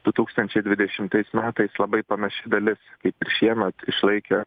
du tūkstančiai dvidešimtais metais labai panaši dalis kaip ir šiemet išlaikė